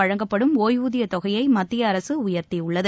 வழங்கப்படும் ஒய்வூதியத்தொகையை மத்திய அரசு உயர்த்தியுள்ளது